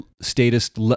statist